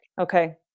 Okay